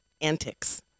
antics